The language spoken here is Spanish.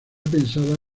pensada